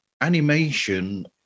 animation